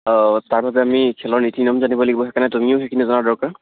অঁ তাৰ বাবে আমি খেলৰ নীতি নিয়ম জানিব লাগিব সেইকাৰণে তুমিও সেইখিনি জনা দৰকাৰ